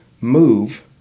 move